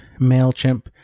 MailChimp